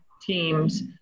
teams